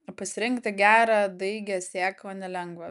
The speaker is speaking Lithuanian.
pasirinkti gerą daigią sėklą nelengva